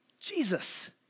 Jesus